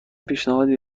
پیشنهادی